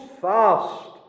fast